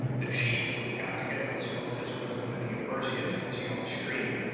the chief got together with some other disciplines within the university, as you can see on the screen,